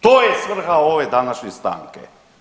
To je svrha ove današnje stanke.